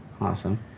Awesome